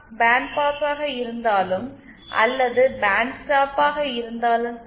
pant பாஸாக இருந்தாலும் அல்லது பேண்ட் ஸ்டாப்பாக இருந்தாலும் சரி